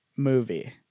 movie